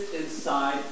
inside